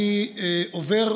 אני עובר,